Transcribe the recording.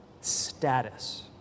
status